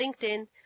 LinkedIn